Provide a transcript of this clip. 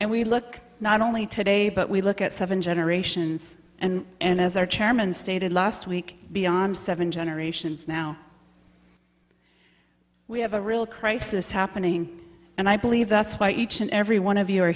and we look not only today but we look at seven generations and as our chairman stated last week beyond seven generations now we have a real crisis happening and i believe that's why each and every one of you are